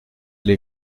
les